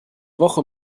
woche